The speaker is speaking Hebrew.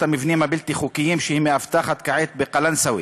המבנים הבלתי-חוקיים שהיא מאבטחת כעת בקלנסואה.